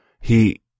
He—